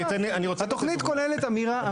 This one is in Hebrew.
אני אתן --- התכנית כוללת אמירה,